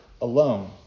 alone